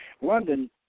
London